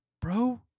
bro